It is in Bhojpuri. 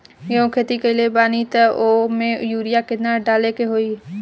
गेहूं के खेती कइले बानी त वो में युरिया केतना डाले के होई?